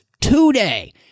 today